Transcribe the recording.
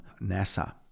NASA